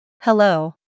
Hello